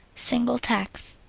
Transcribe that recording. single tax.